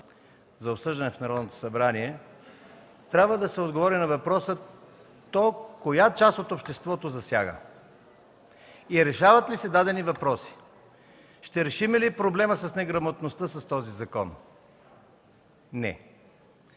за обсъждане в Народното събрание, трябва да се отговори на въпроса коя част от обществото засяга и решават ли се дадени въпроси. Ще решим ли въпросът с неграмотността с този закон? Не!